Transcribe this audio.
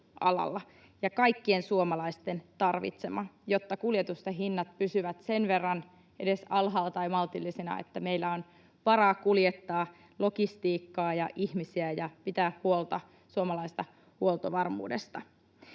ja kaikkien suomalaisten tarvitsema, jotta kuljetusten hinnat pysyvät sen verran edes alhaalla, tai maltillisina, että meillä on varaa kuljettaa logistiikkaa ja ihmisiä ja pitää huolta suomalaisesta huoltovarmuudesta.